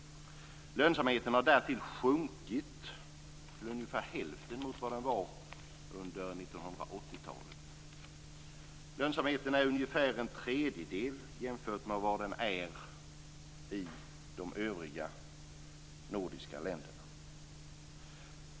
Lönsamheten har därtill sjunkit till ungefär hälften av vad den var under 1980-talet. Lönsamheten är ungefär en tredjedel jämfört med de övriga nordiska länderna.